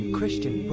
Christian